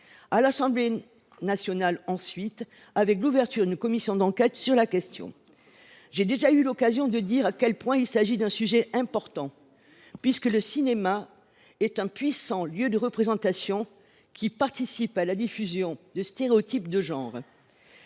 à l’Assemblée nationale, ensuite, avec la création d’une commission d’enquête sur la question. J’ai déjà eu l’occasion de dire à quel point ce sujet est important, puisque le cinéma est un puissant lieu de représentation, qui participe à la diffusion de stéréotypes de genre.